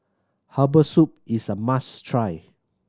herbal soup is a must try